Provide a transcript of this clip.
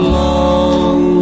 long